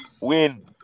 Win